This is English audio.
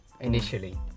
initially